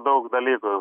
daug dalykų